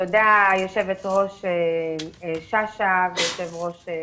תודה ליושבת-ראש וליושב ראש.